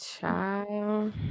Child